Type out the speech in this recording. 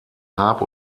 hab